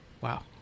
Wow